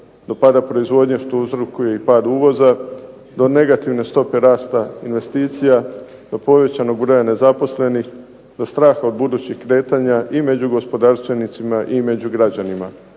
do pada proizvodnje što uzrokuje i pad uvoza, do negativne stope rasta investicija, do povećanog broja nezaposlenih, do straha od budućih kretanja i među gospodarstvenicima i među građanima.